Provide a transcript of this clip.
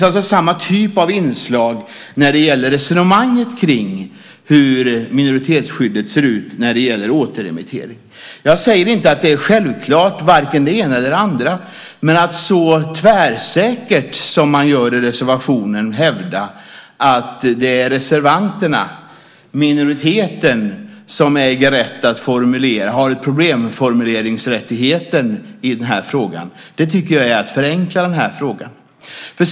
Resonemanget om minoritetsskyddet och återremittering går på ungefär samma sätt. Jag säger inte att vare sig det ena eller andra är självklart, men det är att förenkla för mycket när man så tvärsäkert i reservationen hävdar att det är reservanterna, minoriteten, som har problemformuleringsrättigheten.